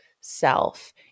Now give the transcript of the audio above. self –